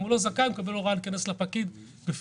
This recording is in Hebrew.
אם הוא לא זכאי הוא מקבל הוראה להיכנס לפקיד בפנים.